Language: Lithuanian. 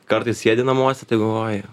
kartais sėdi namuose tai galvoji